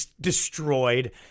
destroyed